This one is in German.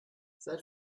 seit